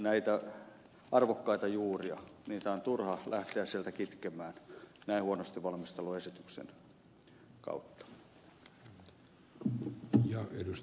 näitä arvokkaita juuria on turha lähteä sieltä kitkemään näin huonosti valmistellun esityksen kautta